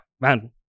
man